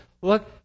look